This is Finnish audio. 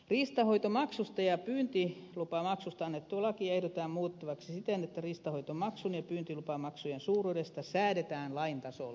riistanhoitomaksusta ja pyyntilupamaksusta annettua lakia ehdotetaan muutettavaksi siten että riistanhoitomaksun ja pyyntilupamaksujen suuruudesta säädetään lain tasolla